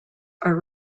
are